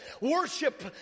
worship